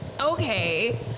okay